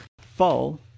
fall